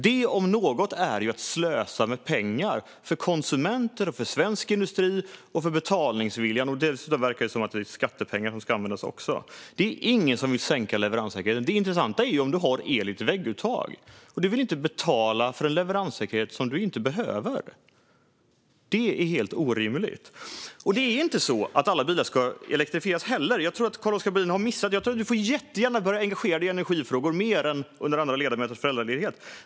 Det, om något, är att slösa med pengar för konsumenter, för svensk industri och för betalningsviljan. Dessutom verkar det även vara skattepengar som ska användas. Det är ingen som vill sänka leveranssäkerheten. Det intressanta är att du har el i ditt vägguttag. Du vill inte betala för en leveranssäkerhet som du inte behöver. Det är helt orimligt. Alla bilar ska inte heller elektrifieras. Jag tror att Carl-Oskar Bohlin har missat något här. Du får jättegärna börja engagera dig i energifrågor mer än under andra ledamöters föräldraledighet.